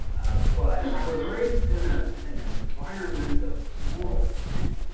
but i was raised in ah and an environment of moral panic.